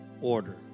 order